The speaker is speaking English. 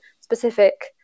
specific